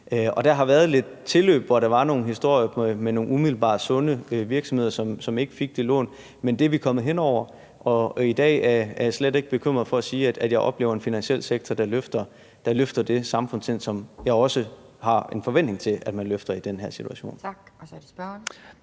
Der har været lidt tilløb, hvor der var nogle historier med nogle umiddelbart sunde virksomheder, som ikke fik et lån, men det er vi kommet hen over, og i dag er jeg slet ikke bekymret og kan sige, at jeg oplever en finansiel sektor, der løfter det samfundsansvar, som jeg også har en forventning til at man løfter i den her situation.